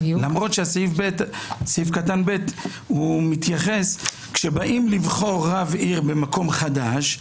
למרות שסעיף קטן (ב) מתייחס כשבאים לבחור רב עיר במקום חדש,